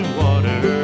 water